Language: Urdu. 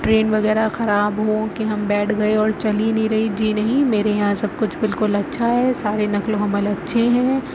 ٹرین وغیرہ خراب ہوں کہ ہم بیٹھ گیے اور چل ہی نہیں رہی جی نہیں میرے یہاں سب کچھ بالکل اچھا ہے سارے نقل و حمل اچھے ہیں